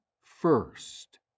first